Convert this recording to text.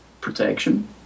protection